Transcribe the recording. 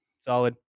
Solid